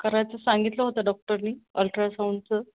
करायचं सांगितलं होतं डॉक्टरनी अल्ट्रासाउंडचं